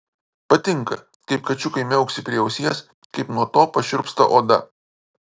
patinka kaip kačiukai miauksi prie ausies kaip nuo to pašiurpsta oda